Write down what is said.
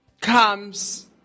comes